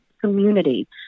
community